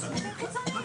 הישיבה ננעלה